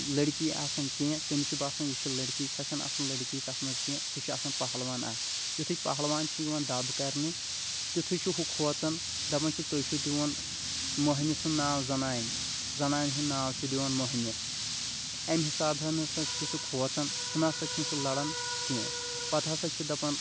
لڑکی آسان کیٚنٛہہ تٔمِس چھُ باسان یہِ چھِ لڑکی سۅ چھَنہٕ آسان لڑکۍ تتھ منٛز کیٚنٛہہ سُہ چھُ آسان پہلوان اَکھ یِتھُے پہلوان چھِ یوان دب کَرنہِ تِتھُے چھُ ہُو کھوژان دپان تُہۍ چھُو دِوان مۅہنٮ۪و سُنٛد ناو زنانہِ زنانہِ ہنُد ناو چھُو دِوان مۅہنوِس اَمہِ حسابن ہسا چھُ سُہ کھوژان سُہ نَسا چھُنہٕ سُہ لڑان کیٚنٛہہ پتہٕ ہسا چھُ دپان